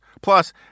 Plus